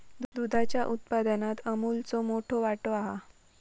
दुधाच्या उत्पादनात अमूलचो मोठो वाटो हा